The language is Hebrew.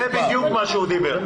זה בדיוק מה שהוא דיבר.